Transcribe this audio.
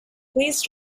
please